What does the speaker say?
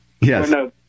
Yes